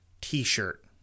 t-shirt